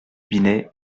binet